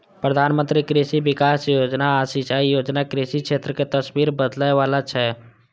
प्रधानमंत्री कृषि विकास योजना आ सिंचाई योजना कृषि क्षेत्र के तस्वीर बदलै बला छै